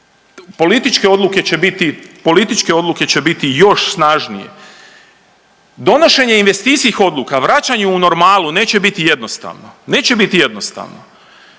političke odluke će biti još snažnije. Donošenje investicijskih odluka i vraćanje u normalu neće biti jednostavno, neće biti jednostavno.